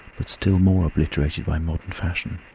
but still more obliterated by modern fashion.